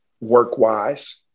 work-wise